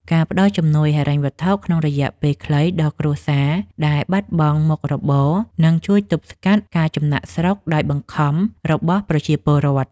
ការផ្តល់ជំនួយហិរញ្ញវត្ថុក្នុងរយៈពេលខ្លីដល់គ្រួសារដែលបាត់បង់មុខរបរនឹងជួយទប់ស្កាត់ការចំណាកស្រុកដោយបង្ខំរបស់ប្រជាពលរដ្ឋ។